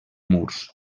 murs